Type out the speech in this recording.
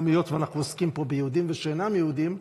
גם היות שאנחנו עוסקים פה ביהודים ושאינם יהודים,